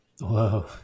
whoa